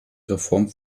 reform